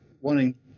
wanting